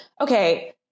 okay